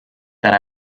that